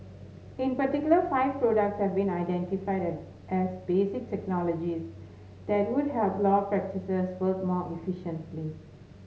in particular five products have been identified as basic technologies that would help law practices work more efficiently